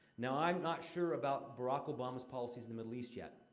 now, i'm not sure about barack obama's policies in the middle east yet.